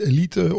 Elite